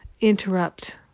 interrupt